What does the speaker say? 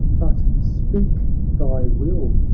but speak thy will,